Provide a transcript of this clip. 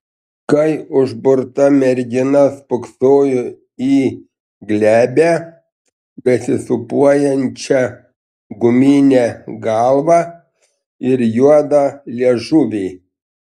kaip užburta mergina spoksojo į glebią besisūpuojančią guminę galvą ir juodą liežuvį